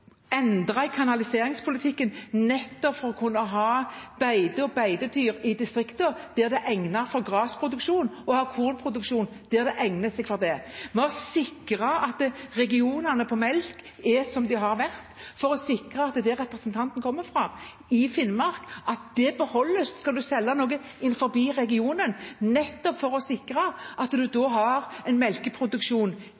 i kanaliseringspolitikken nettopp for å kunne ha beite og beitedyr i distriktene, der det er egnet for grasproduksjon, og ha kornproduksjon der det er egnet for det. Vi har sikret at regionene for melk er slik de har vært, at de beholdes, også der representanten kommer fra, Finnmark, om man skal selge noe innenfor regionen, nettopp for å sikre at